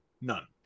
None